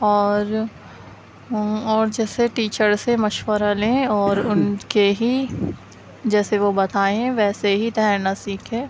اور اور جیسے ٹیچر سے مشورہ لیں اور ان کے ہی جیسے وہ بتائیں ویسے ہی تیرنا سیکھیں